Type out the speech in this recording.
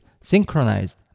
synchronized